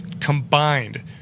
combined